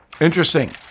Interesting